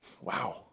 Wow